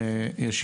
שלום,